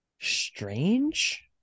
Strange